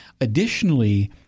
Additionally